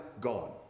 gone